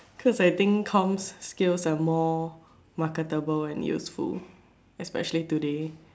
because I think comm skills are more marketable and useful especially today